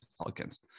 Pelicans